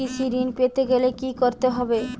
কৃষি ঋণ পেতে গেলে কি করতে হবে?